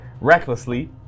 Recklessly